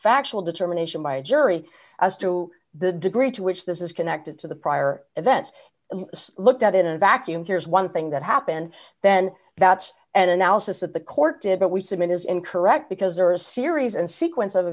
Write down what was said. factual determination by a jury as to the degree to which this is connected to the prior event looked at in a vacuum here is one thing that happened then that's an analysis that the court did but we submit is incorrect because there are a series and sequence of